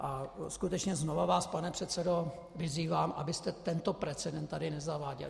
A skutečně znova vás, pane předsedo, vyzývám, abyste tento precedent nezaváděl.